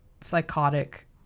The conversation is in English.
psychotic